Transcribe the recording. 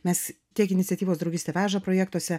mes tiek iniciatyvos draugystė veža projektuose